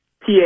PA